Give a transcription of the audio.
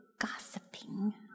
gossiping